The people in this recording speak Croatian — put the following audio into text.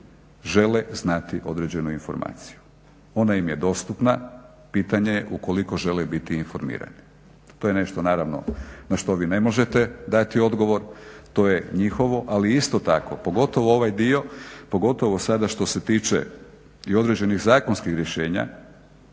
žele znati određenu informaciju? Ona im je dostupna, pitanje je ukoliko žele biti informirani. To je nešto naravno na što vi ne možete dati odgovor, to je njihovo, ali isto tako pogotovo ovaj dio, pogotovo sada što se tiče i određenih zakonskih rješenja